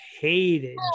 hated